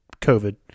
COVID